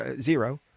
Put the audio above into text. Zero